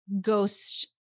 ghost